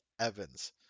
Evans